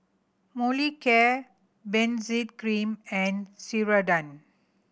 Molicare Benzac Cream and Ceradan